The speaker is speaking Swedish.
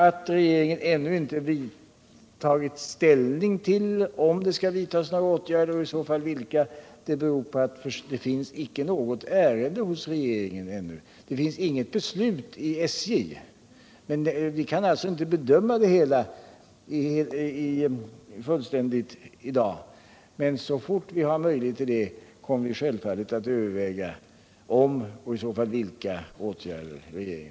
Att regeringen ännuinte har tagit ställning till om några åtgärder skall vidtas och i så fall vilka beror på att det ännu inte finns något ärende hos regeringen. SJ har inte fattat något beslut. Vi kan alltså inte fullständigt bedöma den frågan i dag. Men så fort vi har möjlighet till det kommer vi självfallet att överväga om regeringen skall vidta några åtgärder och i så fall vilka.